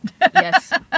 Yes